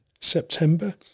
September